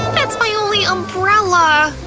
that's my only umbrella!